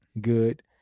good